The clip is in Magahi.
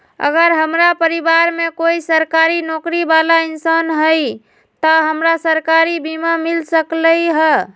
अगर हमरा परिवार में कोई सरकारी नौकरी बाला इंसान हई त हमरा सरकारी बीमा मिल सकलई ह?